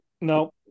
no